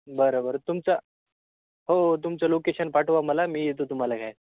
बरं बरं तुमचं हो तुमचं लोकेशन पाठवा मला मी येतो तुम्हाला घ्यायला